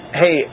hey